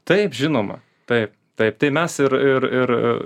taip žinoma taip taip tai mes ir ir ir